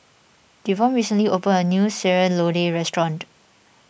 Devon recently opened a new Sayur Lodeh restaurant